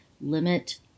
limit